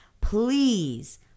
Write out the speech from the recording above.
please